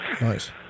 nice